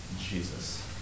Jesus